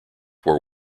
war